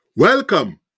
Welcome